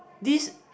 this